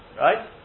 right